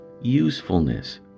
usefulness